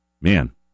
man